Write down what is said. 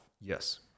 Yes